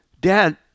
Dad